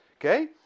Okay